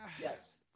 yes